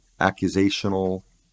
accusational